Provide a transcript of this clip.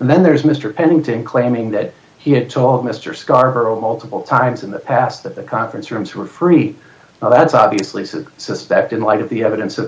and then there's mister pennington claiming that he had told mister scarborough multiple times in the past that the conference rooms were free that's obviously suspect in light of the evidence of